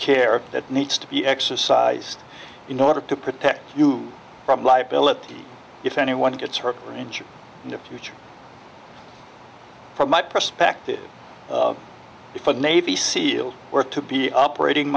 of that needs to be exercised in order to protect you from liability if anyone gets hurt or injured in the future from my perspective if a navy seal were to be operating